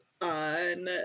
on